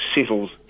settles